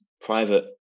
private